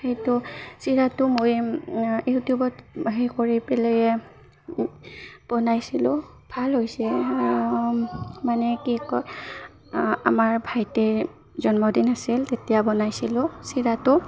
সেইটো চিৰাটো মই ইউটিউবত হেৰি কৰি পেলাই বনাইছিলোঁ ভাল হৈছে মানে কি কয় আমাৰ ভাইটিৰ জন্মদিন আছিল তেতিয়া বনাইছিলোঁ চিৰাটো